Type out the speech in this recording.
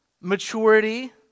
maturity